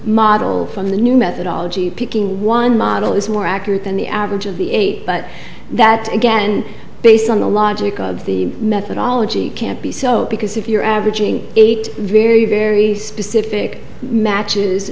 model from the new methodology picking one model is more accurate than the average of the eight but that again based on the logic of the methodology can't be so because if you're averaging eight very very specific matches